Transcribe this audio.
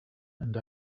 and